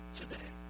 today